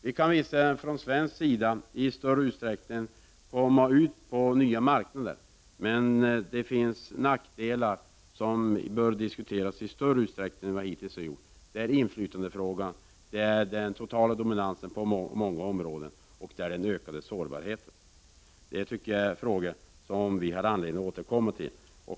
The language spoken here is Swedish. Vi kan visserligen från svensk sida komma ut på nya marknader. Men det finns nackdelar som bör diskuteras mer än vi hittills har gjort. Det är inflytandefrågan, det är den totala dominansen på många områden och det är den ökade sårbarheten. Det tycker jag är frågor som vi har anledning att återkomma till.